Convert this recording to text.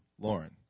Lauren